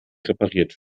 repariert